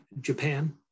Japan